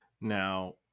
Now